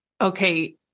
okay